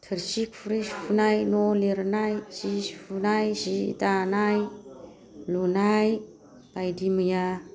थोरसि खुरै सुनाय न' लिरनाय जि सुनाय जि दानाय लुनाय बायदि मैया